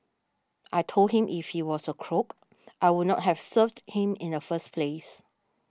I told him if he was a crook I would not have served him in the first place